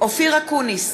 אופיר אקוניס,